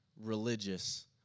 religious